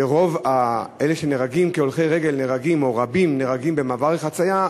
ורוב אלה שנהרגים כהולכי הרגל נהרגים במעברי חציה,